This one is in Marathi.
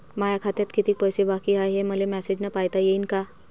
माया खात्यात कितीक पैसे बाकी हाय, हे मले मॅसेजन पायता येईन का?